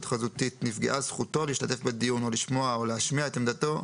חזותית נפגעה זכותו להשתתף בדיון או לשמוע או להשמיע את עמדתו,